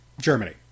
Germany